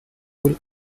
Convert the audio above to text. will